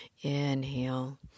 Inhale